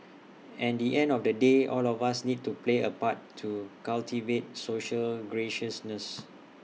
and the end of the day all of us need to play A part to cultivate social graciousness